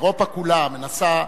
אירופה כולה מנסה,